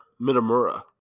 Minamura